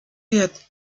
wird